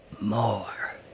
more